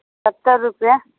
ستر روپیہ